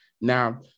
Now